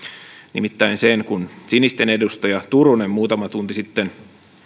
nimittäin sen kun sinisten edustaja turunen muutama tunti sitten